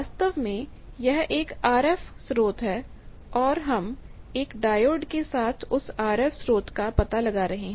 वास्तव में यह एक आरएफ स्रोत है और हम एक डायोड के साथ उस आरएफ स्रोत का पता लगा रहे हैं